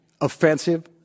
offensive